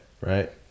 Right